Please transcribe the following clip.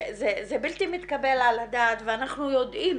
זה בלתי מתקבל על הדעת ואנחנו יודעים